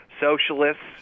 socialists